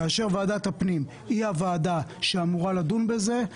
כאשר ועדת הפנים היא הוועדה שאמורה לדון בזה.